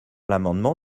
l’amendement